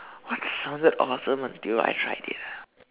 what sounded awesome until I tried it ah